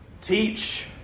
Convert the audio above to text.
Teach